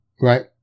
right